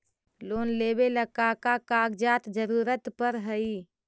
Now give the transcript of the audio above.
Loan लेवेला का का कागजात जरूरत पड़ हइ?